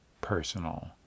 personal